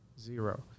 zero